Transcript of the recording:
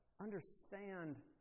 understand